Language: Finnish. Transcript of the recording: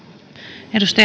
arvoisa